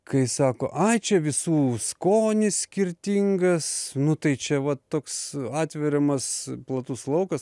kai sako ai čia visų skonis skirtingas nu tai čia va toks atveriamas platus laukas